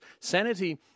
Sanity